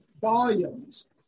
volumes